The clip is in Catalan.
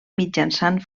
mitjançant